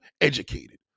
educated